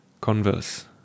Converse